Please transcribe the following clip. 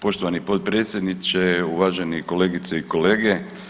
Poštovani potpredsjedniče, uvaženi kolegice i kolege.